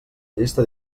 llista